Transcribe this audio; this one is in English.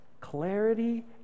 clarity